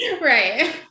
Right